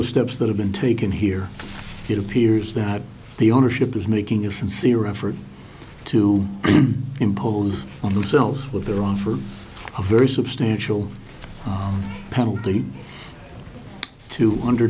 the steps that have been taken here it appears that the ownership is making a sincere effort to impose on themselves with their own for a very substantial penalty to und